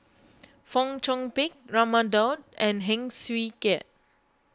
Fong Chong Pik Raman Daud and Heng Swee Keat